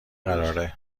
قراره